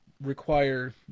require